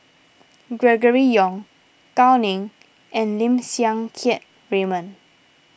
Gregory Yong Gao Ning and Lim Siang Keat Raymond